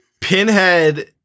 Pinhead